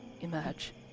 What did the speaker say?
emerge